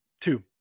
Two